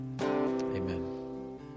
amen